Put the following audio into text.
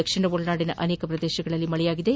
ದಕ್ಷಿಣ ಒಳನಾಡಿನ ಅನೇಕ ಪ್ರದೇಶಗಳಲ್ಲಿ ಮಳೆಯಾಗಿದೆ